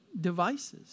devices